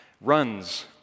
runs